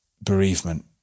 bereavement